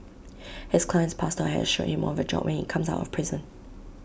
his client's pastor has assured him of A job when he comes out of prison